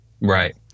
right